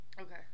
Okay